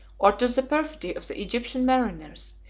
or to the perfidy of the egyptian mariners,